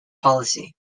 policy